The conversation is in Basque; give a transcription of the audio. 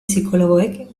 psikologoek